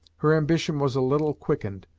her ambition was a little quickened,